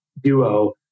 duo